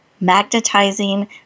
magnetizing